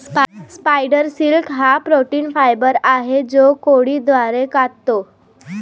spider silk हा protein fibre आहे जो कोळी द्वारे काततो